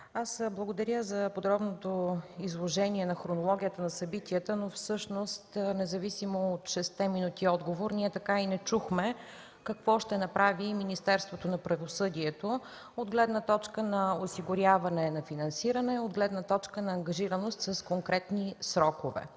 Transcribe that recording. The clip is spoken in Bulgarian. аз благодаря за подробното изложение на хронологията на събитията, но всъщност независимо от шестте минути отговор ние така и не чухме какво ще направи Министерството на правосъдието от гледна точка на осигуряване на финансиране, от гледна точка на ангажираност чрез конкретни срокове.